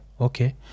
okay